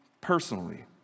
personally